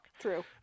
True